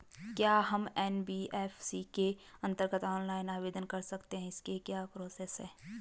क्या हम एन.बी.एफ.सी के अन्तर्गत ऑनलाइन आवेदन कर सकते हैं इसकी क्या प्रोसेस है?